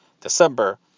December